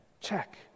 check